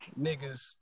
niggas